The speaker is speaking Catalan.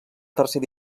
tercer